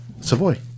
Savoy